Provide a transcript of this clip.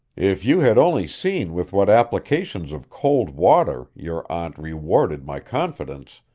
if you had only seen with what applications of cold water your aunt rewarded my confidence,